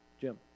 Jim